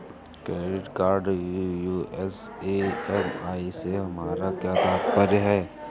Credit card US EMI से हमारा क्या तात्पर्य है?